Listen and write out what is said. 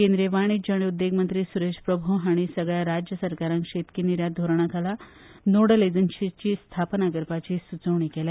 केंद्रीय वाणिज्य आनी उद्देग मंत्री सुरेश प्रभू हांणी सगल्या राज्य सरकारांक शेतकी निर्यात धोरणा खाला नोडल एजन्सीची स्थापणूक करपाची स्चोवणी केल्या